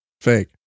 Fake